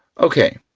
okay,